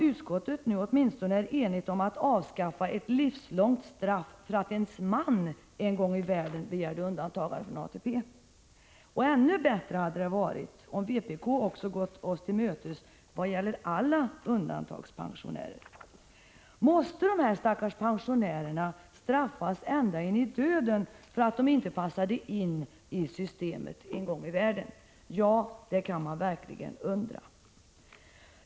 Utskottet är således nu åtminstone enigt om att avskaffa det här livslånga straffet för kvinnor vars män en gång i tiden begärt undantagande från ATP. Ännu bättre skulle det varit om vpk också hade gått oss till mötes vad gäller alla undantagandepensionärer. Måste dessa stackars pensionärer straffas ända in i döden, därför att de en gång i tiden inte passade in i systemet? Ja, det kan man verkligen undra.